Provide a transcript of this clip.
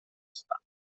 هستند